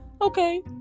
okay